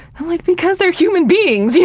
i'm like because they're humans beings!